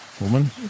woman